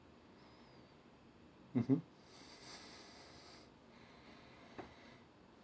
mmhmm